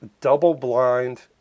double-blind